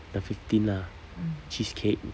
the fifteen ah cheesecake